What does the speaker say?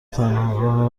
تنها